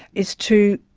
is to,